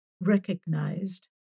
recognized